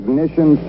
Ignition